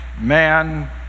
man